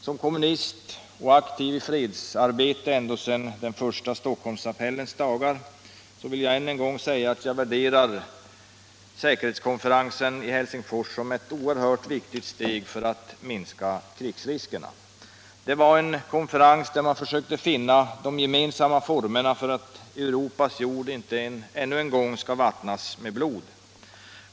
Som kommunist och aktiv i fredsarbetet ända sedan den första Stockholmsapellens dagar vill jag än en gång säga att jag anser säkerhetskonferensen i Helsingfors vara ett oerhört viktigt steg för att minska krigsriskerna. Det var en konferens där man försökte finna de gemensamma formerna för att Europas jord inte än en gång skall dränkas med blod.